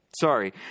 Sorry